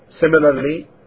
Similarly